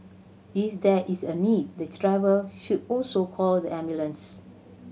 if there is a need the driver should also call the ambulance